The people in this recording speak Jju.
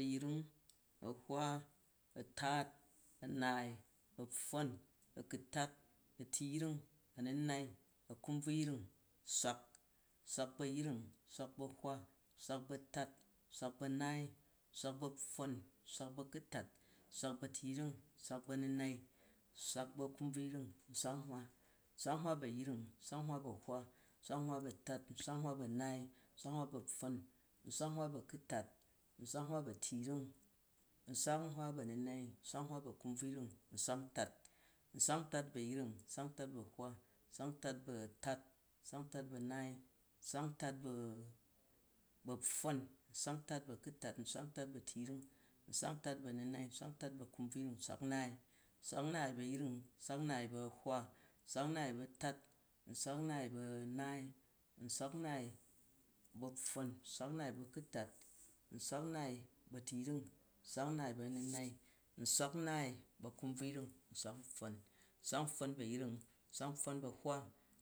A̱yring, ahwa, a̱tat, a̱naai, a̱pfon, a̱ku̱tat, atu̱yring, a̱nu̱nai, a̱kumbvuyring, swak, swak ba̱-ayring, swak bu a̱hwa, swak bu a̱tat, swak bu a̱naai, swak bu a̱pfon, swak bu a̱kʉtat, swak bu a̱tu̱yring, swak bu a̱nu̱nai, swak bu a̱kumbvuyring, nswa-nhwa, nswak-nhwa bu a̱yring, nswak-nhwa bu a̱hwa, nswak-nhwa bu atat, nswak-nhwa bu a̱naai, nswak-nhwa bu a̱pfon, nswak-nhwa bu a̱kʉtat, nswak-nhwa bu a̱tu̱yring, nswak-nhwa bu a̱nu̱nai, nswak-nhwa bu a̱nu̱nai, nswak-nhwa bu a̱kumbvuyring, nswak-ntat, nswak-ntat bu a̱yring, nswak-ntat bu a̱hwa, nswak-ntat bu a̱tat, nswak-ntat bu a̱naai, nswak-ntat bu a̱pfon, nswak-ntat bu a̱ku̱tat, nswak-ntat bu a̱tu̱yrig, nswak-ntat bu a̱nʉnai, nswak-ntat bu a̱kumbvuyring, nswak-naai, nswak-nnaai bu a̱yring nswak-nnaai bu a̱hwa, nswak-nnaai bu a̱tat, nswak-nnaai bu a̱pfon, nswak-nnaai bu a̱kʉtat, nswak-nnaai bu a̱tu̱yring, nswak-nnaai bu a̱nu̱nai, nswak-nnaai bu a̱kumbvuyring, nswa-npfon. Nswak-npfon bu ayring, nswak-npfon bu a̱hwa